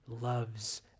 loves